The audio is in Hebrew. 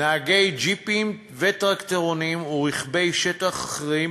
נהגי ג'יפים, טרקטורונים ורכבי שטח אחרים